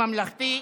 ממלכתי,